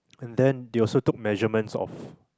and then they also took measurements of